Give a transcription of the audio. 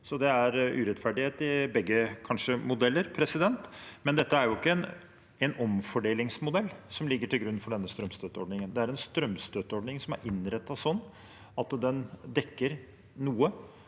så det er urettferdighet i begge modeller, kanskje. Men det er jo ikke en omfordelingsmodell som ligger til grunn for denne strømstøtteordningen. Det er en strømstøtteordning som er innrettet sånn at den dekker noe